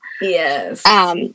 Yes